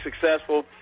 successful